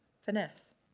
finesse